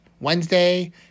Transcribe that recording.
Wednesday